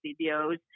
videos